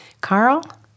Carl